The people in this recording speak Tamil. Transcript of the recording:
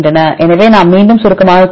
எனவே நாம் மீண்டும் சுருக்கமாகக் கூறலாம்